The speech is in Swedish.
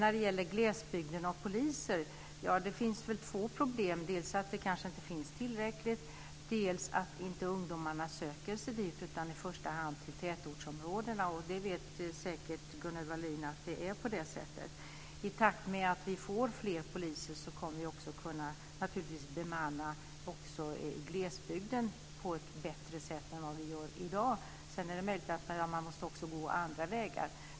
Vad gäller poliser i glesbygden finns det två problem: dels att det kanske inte finns tillräckligt många, dels att ungdomarna inte söker sig dit utan i första hand till tätortsområdena. Det vet säkert Gunnel I takt med att vi får fler poliser kommer vi också att kunna bemanna i glesbygden på ett bättre sätt än i dag. Det är möjligt att man måste gå även andra vägar.